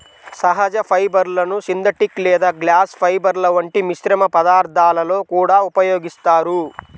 సహజ ఫైబర్లను సింథటిక్ లేదా గ్లాస్ ఫైబర్ల వంటి మిశ్రమ పదార్థాలలో కూడా ఉపయోగిస్తారు